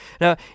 Now